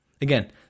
Again